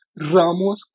Ramos